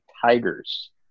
Tigers